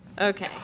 Okay